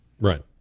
Right